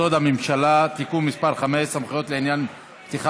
הממשלה (תיקון מס' 5) (סמכויות לעניין פתיחה